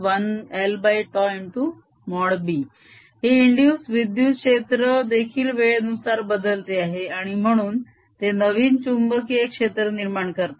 ।E।inducedl।B। हे इंदुस्ड विद्युत क्षेत्र देखील वेळेनुसार बदलते आहे आणि म्हणून ते नवीन चुंबकीय क्षेत्र निर्माण करते